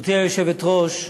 גברתי היושבת-ראש,